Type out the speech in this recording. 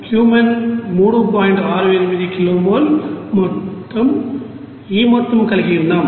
68 kilo mole మొత్తం ఈ మొత్తం కలిగి ఉన్నాం